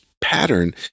pattern